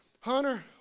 Hunter